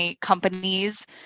companies